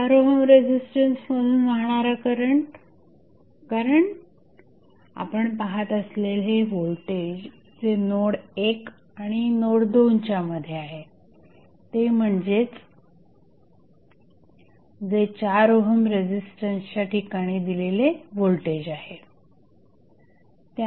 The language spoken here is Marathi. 4 ओहम रेझिस्टन्स मधून वाहणारा करंट कारण आपण पाहत असलेले हे व्होल्टेज जे नोड 1 आणि नोड 2 च्यामध्ये आहे ते म्हणजेच जे 4 ओहम रेझिस्टन्सच्या ठिकाणी दिलेले व्होल्टेज आहे